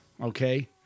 okay